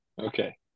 Okay